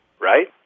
right